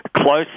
close